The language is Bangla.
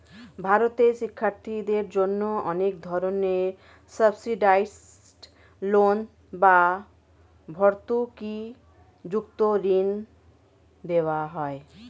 ভারতে শিক্ষার্থীদের জন্য অনেক ধরনের সাবসিডাইসড লোন বা ভর্তুকিযুক্ত ঋণ দেওয়া হয়